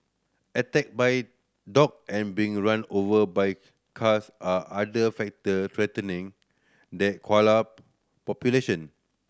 attack by dog and being run over by cars are other factor threatening the koala population